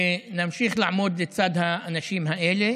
ונמשיך לעמוד בצד האנשים האלה,